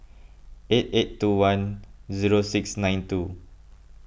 eight eight two one zero six nine two